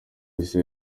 police